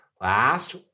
Last